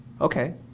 Okay